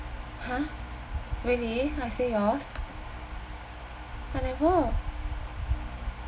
!huh! really I say yours I never